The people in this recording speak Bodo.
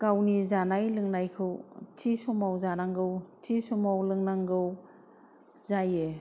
गावनि जानाय लोंनायखौ थि समाव जानांगौ थि समाव लोंनांगौ जायो